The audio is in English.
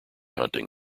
hunting